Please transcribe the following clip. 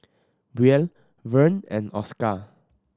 Brielle Vern and Oscar